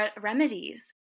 remedies